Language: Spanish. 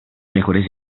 mejores